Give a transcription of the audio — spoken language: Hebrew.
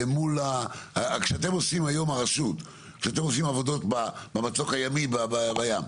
כשאתם עושים היום עבודות במצוק הימי בים,